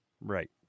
Right